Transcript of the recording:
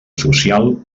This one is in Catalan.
social